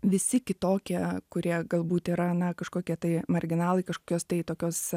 visi kitokie kurie galbūt yra na kažkokie tai marginalai kažkokios tai tokios